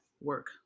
work